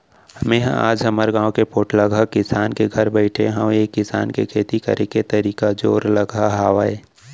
मेंहा आज हमर गाँव के पोठलगहा किसान के घर बइठे हँव ऐ किसान के खेती करे के तरीका जोरलगहा हावय